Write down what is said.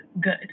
good